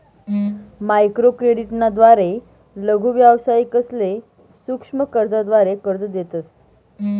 microcredit ना द्वारे लघु व्यावसायिकसले सूक्ष्म कर्जाद्वारे कर्ज देतस